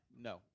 No